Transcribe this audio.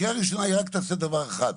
הקריאה הראשונה היא רק תעשה דבר אחד,